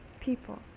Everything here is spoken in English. people